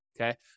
okay